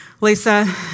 Lisa